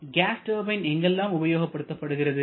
case turbine எங்கெல்லாம் உபயோகப்படுத்தப்படுகிறது